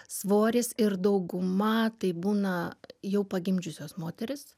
svoris ir dauguma tai būna jau pagimdžiusios moterys